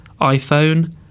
iPhone